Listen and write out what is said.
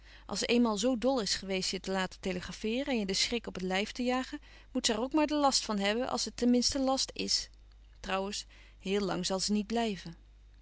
nu ze eenmaal zoo dol is geweest je te laten telegrafeeren en je de schrik op het lijf te jagen moet ze er ook maar de last van hebben als het ten minste last is trouwens heel lang zal ze niet blijven